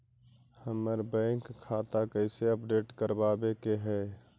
हमर बैंक खाता कैसे अपडेट करबाबे के है?